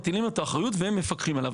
מטילים עליו את האחריות והם מפקחים עליו.